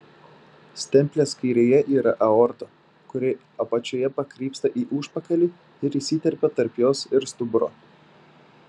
stemplės kairėje yra aorta kuri apačioje pakrypsta į užpakalį ir įsiterpia tarp jos ir stuburo